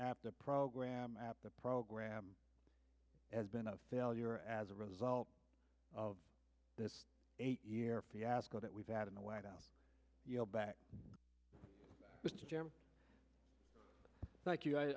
after program at the program has been a failure as a result of this eight year fiasco that we've had in the white out you know back like you i'd like you